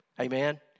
Amen